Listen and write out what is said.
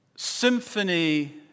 symphony